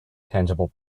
tangible